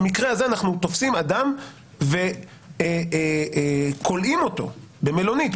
במקרה הזה אנחנו תופסים אדם וכולאים אותו במלונית.